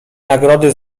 nagrody